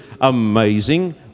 amazing